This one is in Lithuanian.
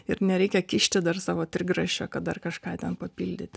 ir nereikia kišti dar savo trigrašio kad dar kažką ten papildyti